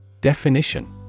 Definition